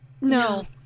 no